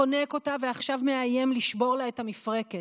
חונק אותה ועכשיו מאיים לשבור לה את המפרקת.